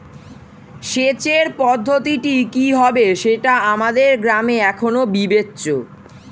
সেচের পদ্ধতিটি কি হবে সেটা আমাদের গ্রামে এখনো বিবেচ্য